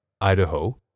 Idaho